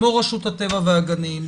כמו רשות הטבע והגנים,